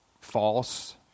false